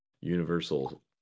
universal